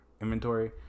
inventory